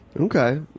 Okay